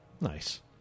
Nice